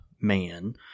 man